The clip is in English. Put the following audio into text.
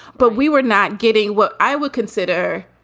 but we were not getting what i would consider,